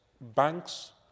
banks